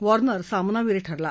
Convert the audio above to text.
Warner सामनावीर ठरला